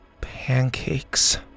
Pancakes